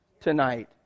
tonight